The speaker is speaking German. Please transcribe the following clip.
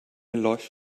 läuft